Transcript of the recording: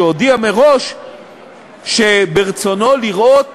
שהודיע מראש שברצונו לראות